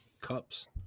cups